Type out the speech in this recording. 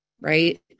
right